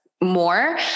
more